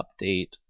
update